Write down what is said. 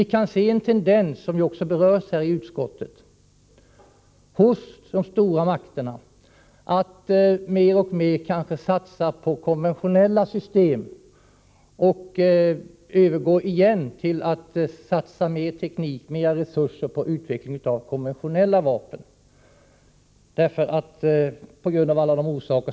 Vi kan se en tendens här — vilket också berörs i utskottsbetänkandet — att man hos stormakterna mer och mer satsar på konventionella system och går tillbaka till att satsa mer teknik och resurser på utveckling av konventionella vapen.